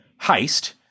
heist